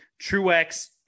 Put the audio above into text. Truex